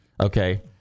Okay